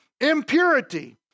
Impurity